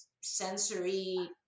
sensory